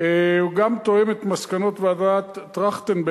גם תואם את מסקנות ועדת-טרכטנברג,